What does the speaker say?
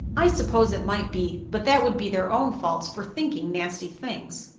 i suppose it might be, but that would be their own faults for thinking nasty things.